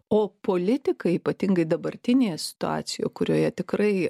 o politikai ypatingai dabartinėje situacijoje kurioje tikrai